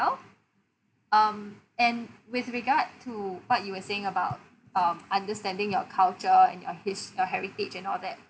well um and with regard to what you were saying about um understanding your culture and on his your heritage and all that